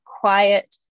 quiet